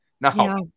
Now